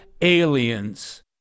aliens